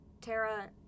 Tara